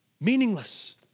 meaningless